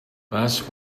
last